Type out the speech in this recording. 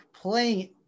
playing